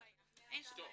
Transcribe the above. אין שום בעיה.